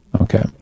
Okay